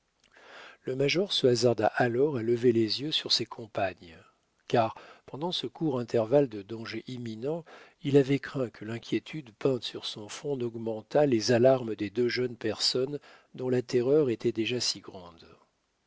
le major se hasarda alors à lever les yeux sur ses compagnes car pendant ce court intervalle de danger imminent il avait craint que l'inquiétude peinte sur son front n'augmentât les alarmes des deux jeunes personnes dont la terreur était déjà si grande